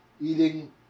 eating